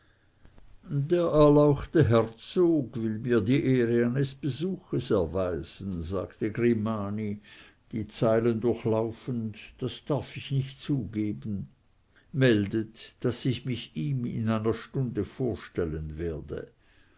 der erlauchte herzog will mir die ehre eines besuches erweisen sagte grimani die zeilen durchlaufend das darf ich nicht zugeben meldet daß ich mich ihm in einer stunde vorstellen werde